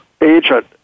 agent